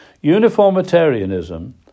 Uniformitarianism